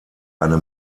eine